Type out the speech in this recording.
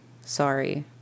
sorry